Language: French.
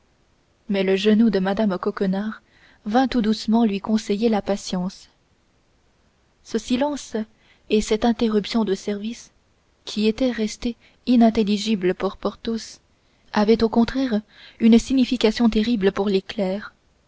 mais le genou de mme coquenard vint tout doucement lui conseiller la patience ce silence et cette interruption de service qui étaient restés inintelligibles pour porthos avaient au contraire une signification terrible pour les